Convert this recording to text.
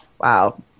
Wow